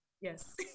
Yes